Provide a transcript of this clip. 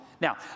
Now